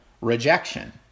rejection